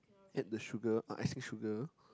add the sugar uh icing sugar